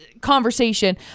conversation